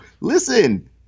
Listen